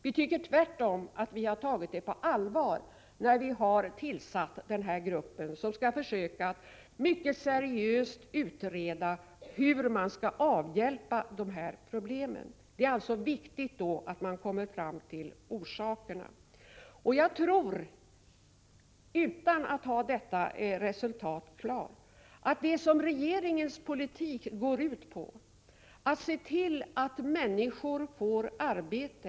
Vi tycker tvärtom att vi har tagit frågan på allvar när vi tillsatt den här gruppen, som seriöst skall utreda hur man skall kunna avhjälpa problemet. Det är alltså viktigt att man får fram orsakerna. Utan att resultatet av arbetet är klart vill jag säga att regeringens politik går ut på att se till att människorna får arbete.